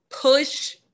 push